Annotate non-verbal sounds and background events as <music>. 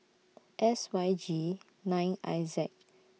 <noise> S Y G nine I Z